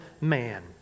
man